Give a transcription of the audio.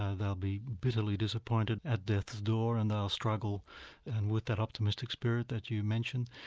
ah they'll be bitterly disappointed at death's door, and they'll struggle and with that optimistic spirit that you mentioned.